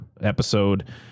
episode